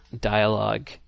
dialogue